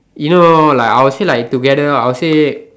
you know like I would say lah together I will say